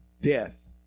death